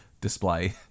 display